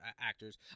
actors